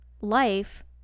life